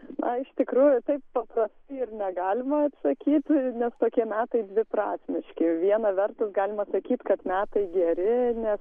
na iš tikrųjų taip paprastai ir negalima atsakyti nes tokie metai dviprasmiški viena vertus galima sakyti kad metai geri nes